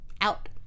Out